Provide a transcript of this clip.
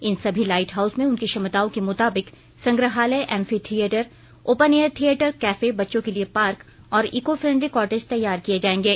इन सभी lighthouse में उनकी क्षमताओं के मुताबिक संग्रहालय एम्फीथियेटर ओपनएयर थियेटर कैफे बच्चों के लिए पार्क और इको फेंडली कॉटेज तैयार किये जायेंगे